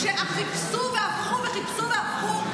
חיפשו והפכו וחיפשו והפכו,